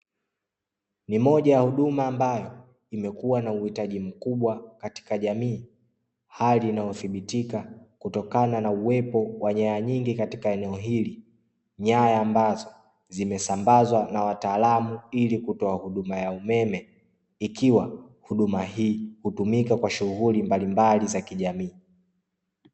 Ni moja ya huduma ambayo imekuwa na uhitaji mkubwa katika jamii hali inayothibitika kutokana na uwepo wa nyaya nyingi katika eneo hili, nyaya ambazo zimesambazwa na wataalamu ili kutoa huduma ya umeme ikiwa huduma hii hutumika kwa shughuli mbalimbali za kijamii.